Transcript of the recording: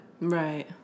Right